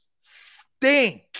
stink